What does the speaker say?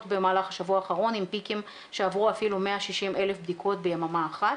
במהלך השבוע האחרון עם פיקים שעברו אפילו 160,000 בדיקות ביממה אחת.